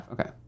Okay